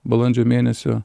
balandžio mėnesio